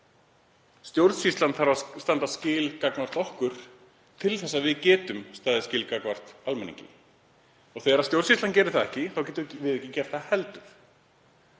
Stjórnsýslan þarf að standa skil gagnvart okkur til þess að við getum staðið skil gagnvart almenningi. Þegar stjórnsýslan gerir það ekki getum við ekki gert það heldur.